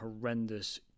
horrendous